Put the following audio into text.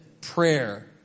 prayer